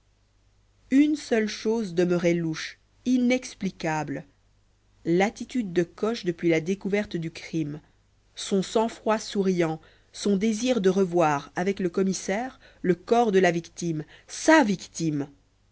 une seule chose demeurait louche inexplicable l'attitude de coche depuis la découverte du crime son sang-froid souriant son désir de revoir avec le commissaire le corps de la victime sa victime